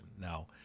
Now